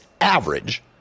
average